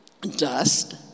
dust